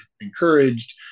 encouraged